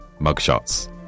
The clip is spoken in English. Mugshots